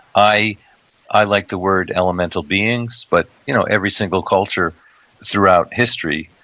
i i like the world elemental beings, but you know every single culture throughout history,